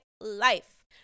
life